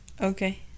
Okay